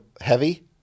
heavy